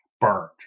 burned